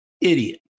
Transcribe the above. Idiot